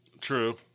True